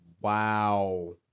Wow